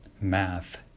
math